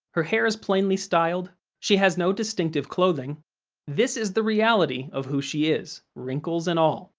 her hair is plainly styled, she has no distinctive clothing this is the reality of who she is, wrinkles and all.